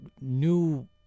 new